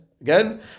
again